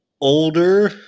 older